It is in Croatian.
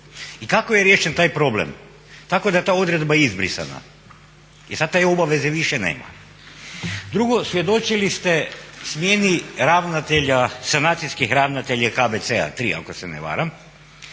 I kako je riješen taj problem? Tako da je ta odredba izbrisana. I sada te obaveze više nema. Drugo, svjedočili ste smjeni ravnatelja, sanacijskih ravnatelja KBC-a 3 ako se ne varam